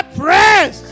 press